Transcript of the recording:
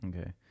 Okay